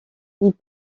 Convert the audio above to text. ils